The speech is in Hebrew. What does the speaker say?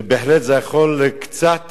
ובהחלט זה יכול קצת